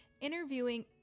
interviewing